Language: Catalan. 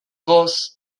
cos